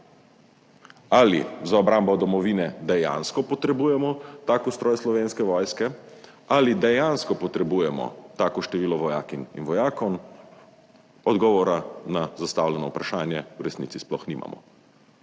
Ali za obrambo domovine dejansko potrebujemo tak ustroj Slovenske vojske? Ali dejansko potrebujemo tako število vojakinj in vojakov? Odgovora na zastavljeno vprašanje v resnici sploh nimamo.